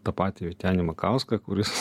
tą patį vytenį makauską kuris